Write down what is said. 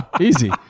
easy